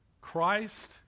Christ